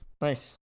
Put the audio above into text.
Nice